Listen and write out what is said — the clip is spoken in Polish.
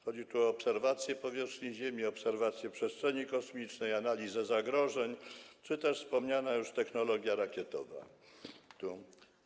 Chodzi o obserwację powierzchni ziemi, obserwację przestrzeni kosmicznej, analizę zagrożeń czy też wspomnianą już technologię rakietową.